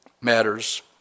matters